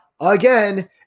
again